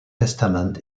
testament